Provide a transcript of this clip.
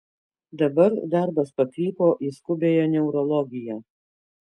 dabar darbas pakrypo į skubiąją neurologiją